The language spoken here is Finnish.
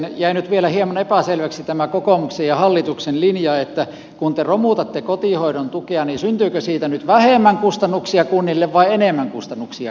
jäi nyt vielä hieman epäselväksi tämä kokoomuksen ja hallituksen linja että kun te romutatte kotihoidon tukea niin syntyykö siitä nyt vähemmän kustannuksia kunnille vai enemmän kustannuksia kunnille